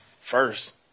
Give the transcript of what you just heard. first